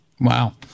Wow